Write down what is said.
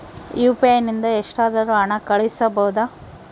UPI ನಿಂದ ಎಷ್ಟಾದರೂ ಹಣ ಕಳಿಸಬಹುದಾ?